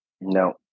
No